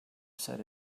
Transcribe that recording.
said